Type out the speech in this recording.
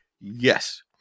yes